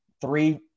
three